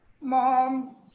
Mom